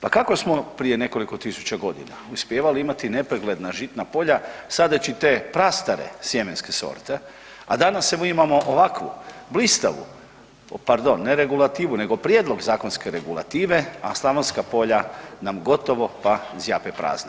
Pa kako smo prije nekoliko tisuća godina uspijevali imati nepregledna žitna polja sadeći te prastare sjemenske sorte, a danas evo imamo ovakvu blistavu, pardon, ne regulativu nego prijedlog zakonske regulative, a slavonska polja nam gotovo pa zjape prazna.